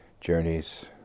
journeys